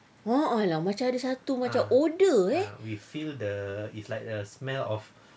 oh oh lah macam ada satu macam odour eh